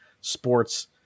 sports